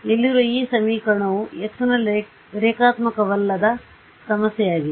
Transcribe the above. ಇಲ್ಲಿರುವ ಈ ಸಮೀಕರಣವು x ನಲ್ಲಿ ರೇಖಾತ್ಮಕವಲ್ಲದ ಸಮಸ್ಯೆಯಾಗಿದೆ